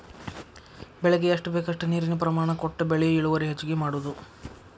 ಬೆಳಿಗೆ ಎಷ್ಟ ಬೇಕಷ್ಟ ನೇರಿನ ಪ್ರಮಾಣ ಕೊಟ್ಟ ಬೆಳಿ ಇಳುವರಿ ಹೆಚ್ಚಗಿ ಮಾಡುದು